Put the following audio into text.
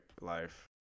life